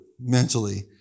mentally